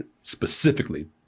specifically